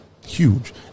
huge